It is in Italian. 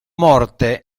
morte